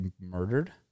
murdered